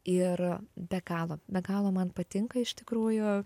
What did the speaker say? ir be galo be galo man patinka iš tikrųjų